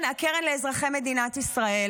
הקרן לאזרחי מדינת ישראל,